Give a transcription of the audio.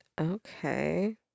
Okay